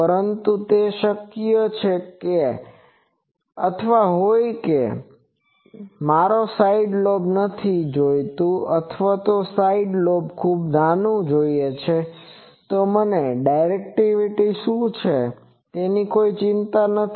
પરંતુ તે શક્ય છે અથવા કોઈ કહે કે મારે કોઈ સાઇડ લોબ નથી જોઈતું અથવા મારે સાઇડ લોબ ખૂબ નાનું જોઈએ છે તો મને ડાયરેક્ટિવિટી શું છે તેની કોઈ ચિંતા નથી